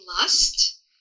Lust